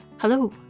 Hello